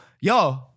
Yo